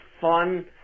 fun